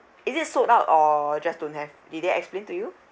it is sold out or just don't have did they explain to you